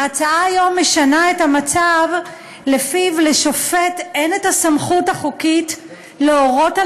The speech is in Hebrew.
ההצעה היום משנה את המצב שבו לשופט אין הסמכות החוקית להורות על